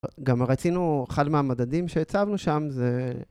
גם רצינו, אחד מהמדדים שהצבנו שם זה...